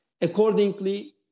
accordingly